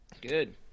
good